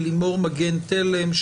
לימור מגן תלם,